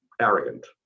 arrogant